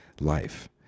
life